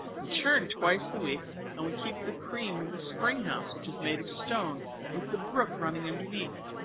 we churn twice a week and we keep the cream in the spring house which is made of stone with the brook running underneath.